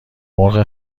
مرغ